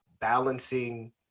balancing